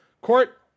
Court